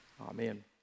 Amen